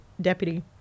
deputy